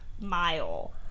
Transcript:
mile